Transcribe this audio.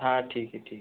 हां ठीक आहे ठीक